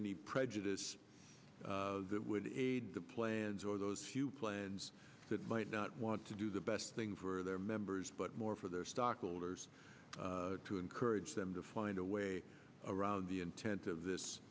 any prejudice that would lead to planes or those few planes that might not want to do the best thing for their members but more for their stockholders to encourage them to find a way around the intent of this